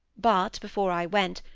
but before i went,